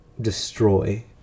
destroy